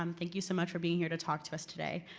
um thank you so much for being here to talk to us today.